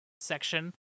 section